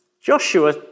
Joshua